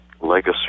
legacy